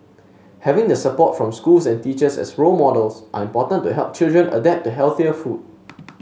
having the support from schools and teachers as role models are important to help children adapt to healthier food